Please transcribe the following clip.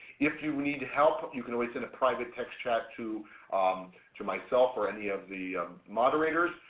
if you need help, you can always send a private text chat to um to myself or any of the moderators.